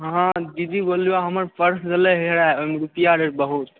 हँ दीदी बोलियौ हमर पर्स गेलै हेराए ओहिमे रुपैआ रहै बहुत